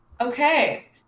Okay